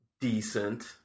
decent